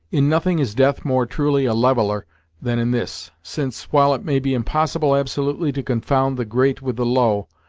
in nothing is death more truly a leveller than in this, since, while it may be impossible absolutely to confound the great with the low,